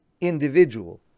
individual